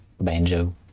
banjo